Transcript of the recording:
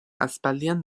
aspaldian